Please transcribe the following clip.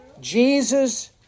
Jesus